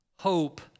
hope